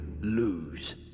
lose